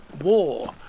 war